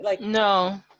No